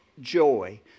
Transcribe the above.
joy